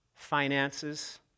finances